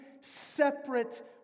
separate